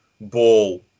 ball